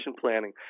planning